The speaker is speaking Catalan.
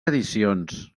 edicions